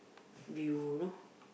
view